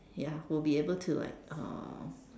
ya will be able to like uh